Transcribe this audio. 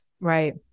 Right